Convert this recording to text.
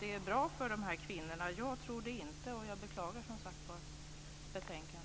det är bra för dessa kvinnor. Jag tror inte det, och jag beklagar, som sagt var, betänkandet.